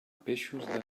peixos